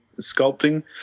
sculpting